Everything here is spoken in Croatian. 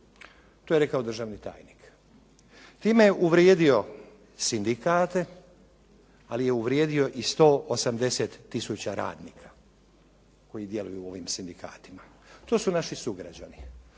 To je rekao državni tajnik. Time je uvrijedio sindikate, ali je uvrijedio i 180 tisuća radnika koji djeluju u ovim sindikatima. To su naši sugrađani.